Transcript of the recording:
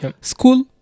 school